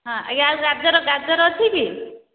ହଁ ଆଜ୍ଞା ଆଉ ଗାଜର ଗାଜର ଅଛି କି